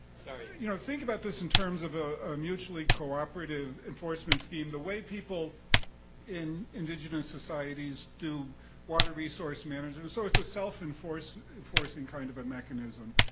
you know think about this in terms of a mutually cooperative enforcement scheme, the way people in indigenous societies do water resource management. so it's a self-enforcing kind of a mechanism.